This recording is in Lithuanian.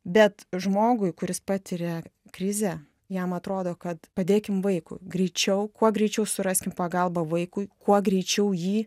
bet žmogui kuris patiria krizę jam atrodo kad padėkim vaikui greičiau kuo greičiau suraskim pagalbą vaikui kuo greičiau jį